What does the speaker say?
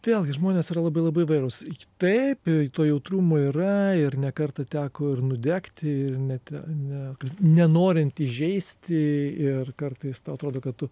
vėlgi žmonės yra labai labai įvairūs taip to jautrumo yra ir ne kartą teko ir nudegti ir net ne nenorint įžeisti ir kartais tau atrodo kad tu